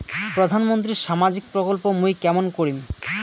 প্রধান মন্ত্রীর সামাজিক প্রকল্প মুই কেমন করিম?